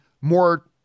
more